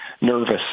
nervous